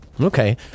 Okay